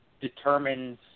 determines